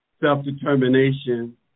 Self-Determination